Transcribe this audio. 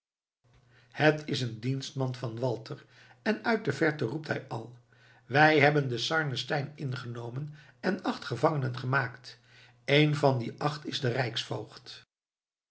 het is een dienstman van walter en uit de verte roept hij al wij hebben den sarnenstein ingenomen en acht gevangenen gemaakt een van die acht is de